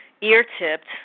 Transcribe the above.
ear-tipped